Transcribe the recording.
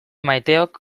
maiteok